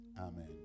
amen